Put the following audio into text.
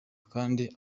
kandi